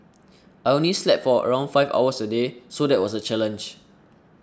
I only slept for around five hours a day so that was a challenge